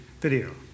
video